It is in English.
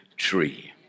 Tree